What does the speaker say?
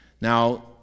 Now